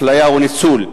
אפליה או ניצול".